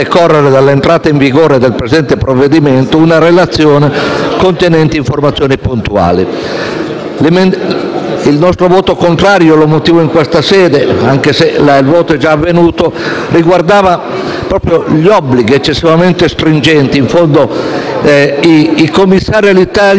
decorrere dall'entrata in vigore del presente provvedimento, una relazione contenente informazioni puntuali. Il nostro voto contrario - che motivo in questa sede, anche se è già avvenuto - riguardava proprio gli obblighi eccessivamente stringenti: in fondo, i commissari Alitalia